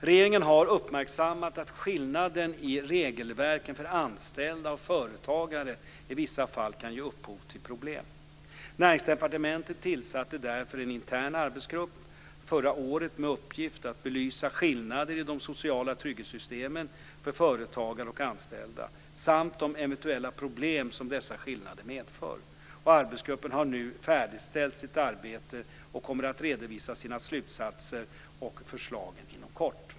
Regeringen har uppmärksammat att skillnaden i regelverken för anställda och företagare i vissa fall kan ge upphov till problem. Näringsdepartementet tillsatte därför en intern arbetsgrupp förra året med uppgift att belysa skillnader i de sociala trygghetssystemen för företagare och anställda samt de eventuella problem som dessa skillnader medför. Arbetsgruppen har nu färdigställt sitt arbete och kommer att redovisa sina slutsatser och förslag inom kort.